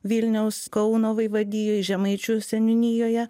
vilniaus kauno vaivadijoj žemaičių seniūnijoje